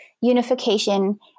unification